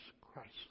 Christ